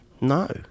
No